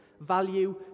value